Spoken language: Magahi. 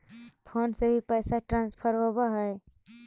फोन से भी पैसा ट्रांसफर होवहै?